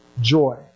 joy